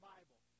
Bible